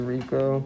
Rico